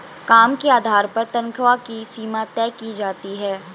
काम के आधार पर तन्ख्वाह की सीमा तय की जाती है